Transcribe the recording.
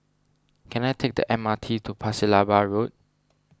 can I take the M R T to Pasir Laba Road